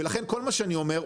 ולכן כל מה שאני אומר,